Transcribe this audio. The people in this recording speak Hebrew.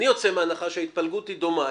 אני יוצא מהנחה שההתפלגות היא דומה.